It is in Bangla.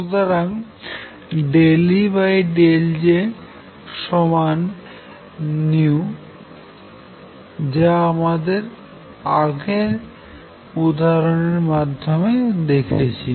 সুতরাং ∂E∂Jν যা আমরা আগের উদাহরনের মাধ্যমে দেখেছি